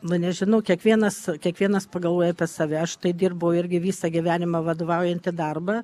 nu nežinau kiekvienas kiekvienas pagalvoja apie save štai dirbo irgi visą gyvenimą vadovaujantį darbą